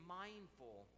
mindful